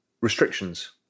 restrictions